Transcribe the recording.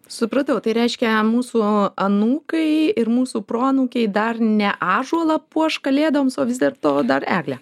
supratau tai reiškia mūsų anūkai ir mūsų proanūkiai dar ne ąžuolą puoš kalėdoms o vis dėl to dar eglę